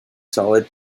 solid